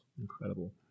Incredible